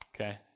okay